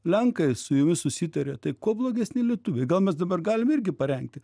lenkai su jumis susitarė tai kuo blogesni lietuviai gal mes dabar galim irgi parengti